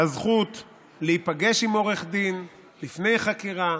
הזכות להיפגש עם עורך דין לפני חקירה,